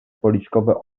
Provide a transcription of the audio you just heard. policzkowe